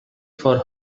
for